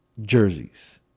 jerseys